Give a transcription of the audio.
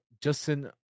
Justin